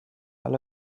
alle